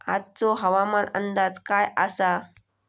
आजचो हवामान अंदाज काय आसा?